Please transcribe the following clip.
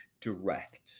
direct